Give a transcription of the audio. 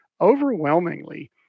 overwhelmingly